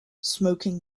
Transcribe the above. smoking